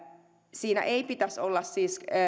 siinä ei siis pitäisi olla